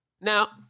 now